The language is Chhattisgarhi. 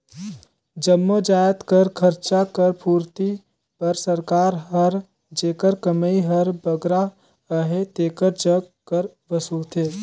जम्मो जाएत कर खरचा कर पूरती बर सरकार हर जेकर कमई हर बगरा अहे तेकर जग कर वसूलथे